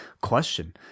Question